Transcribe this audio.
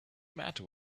matter